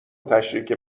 تشریک